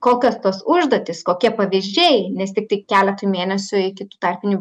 kokios tos užduotys kokie pavyzdžiai nes tiktai keletui mėnesių iki tų tarpinių